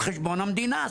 על חשבון המדינה,